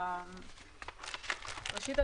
ראשית,